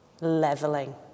leveling